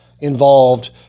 involved